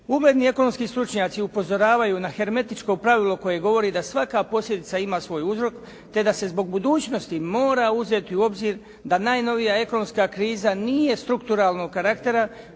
Ugledni ekonomski stručnjaci upozoravaju na hermetičko pravilo koje govori da svaka posljedica ima svoj uzrok, te da se zbog budućnosti mora uzeti u obzir da najnovija ekonomska kriza nije strukturalnog karaktera,